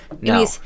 No